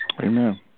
Amen